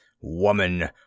Woman